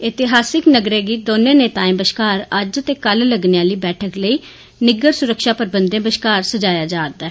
ऐतिहासिक नग्गरै गी दौनें नेताएं बश्कार अज्ज ते कल लग्गने आली बैठक लेई निग्गर सुरक्षा प्रबंधें बश्कार सजाया जा रदा ऐ